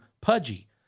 pudgy